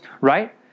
Right